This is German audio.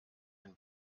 den